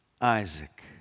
Isaac